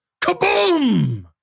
kaboom